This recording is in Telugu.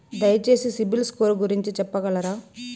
దయచేసి సిబిల్ స్కోర్ గురించి చెప్పగలరా?